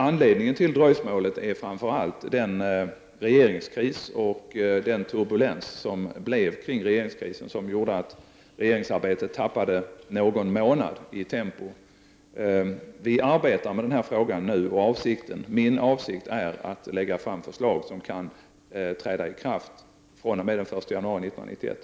Anledningen till dröjsmålet är framför allt regeringskrisen och den turbulens som följde, vilket gjorde att vi i regeringsarbetet tappade någon månad i tempo. Vi arbetar nu med denna fråga, och min avsikt är att lägga fram förslag som kan träda i kraft den 1 januari 1991.